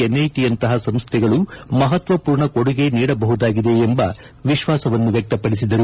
NIT ಯಂತಪ ಸಂಸ್ಥೆಗಳು ಮಹತ್ವಪೂರ್ಣ ಕೊಡುಗೆ ನೀಡಬಹುದಾಗಿದೆ ಎಂಬ ವಿಶ್ವಾಸವನ್ನು ವ್ಯಕ್ತಪಡಿಸಿದರು